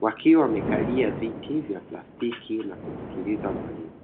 Wakiwa wamekalia viti nakumsikiliza mwalimu.